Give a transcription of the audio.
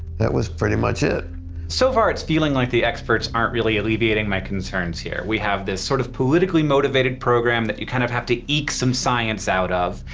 that was pretty much it. hank so far, it's feeling like the experts aren't really alleviating my concerns here. we have this sort of politically motivated program that you kind of have to eeck some science out of.